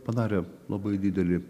padarė labai didelį